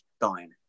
dying